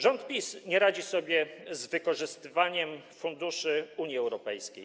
Rząd PiS nie radzi sobie z wykorzystywaniem funduszy Unii Europejskiej.